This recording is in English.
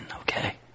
Okay